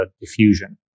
diffusion